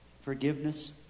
forgiveness